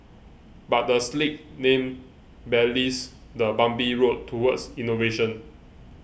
but the slick name belies the bumpy road towards innovation